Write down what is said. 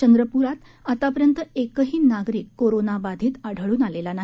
चंद्रपूर आतापर्यंत एकही नागरिक कोरोनाबाधित आढळन आलेला नाही